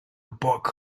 book